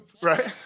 right